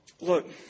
Look